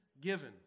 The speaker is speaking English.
given